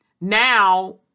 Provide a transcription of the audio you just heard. now